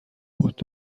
بود